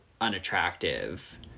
unattractive